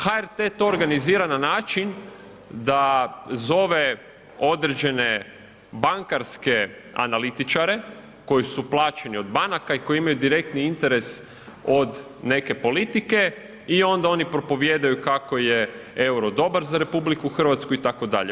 HRT to organizira na način da zove određene bankarske analitičare koji su plaćeni od banaka i koji imaju direktni interes od neke politike i onda oni propovijedaju kako je euro dobar za RH itd.